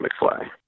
McFly